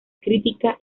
crítica